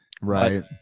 right